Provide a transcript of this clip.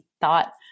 thought